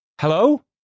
Hello